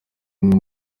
umwe